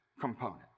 component